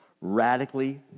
Radically